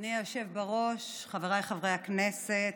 אדוני היושב בראש, חבריי חברי הכנסת,